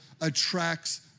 attracts